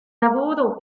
lavoro